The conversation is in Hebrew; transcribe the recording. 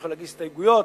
יכולה להגיש הסתייגויות.